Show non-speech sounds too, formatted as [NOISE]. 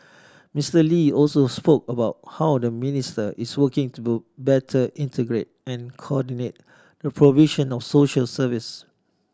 Mister Lee also spoke about how the ministry is working [UNINTELLIGIBLE] better integrate and coordinate the provision of social services